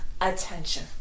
attention